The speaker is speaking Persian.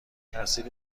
ترسیدی